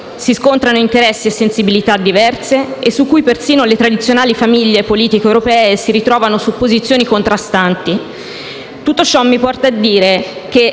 si scontrano interessi e sensibilità diverse e su cui persino le tradizionali famiglie politiche europee si ritrovano su posizioni contrastanti. Tutto ciò mi porta a dire che,